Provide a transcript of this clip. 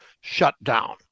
shutdown